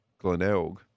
Glenelg